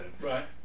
Right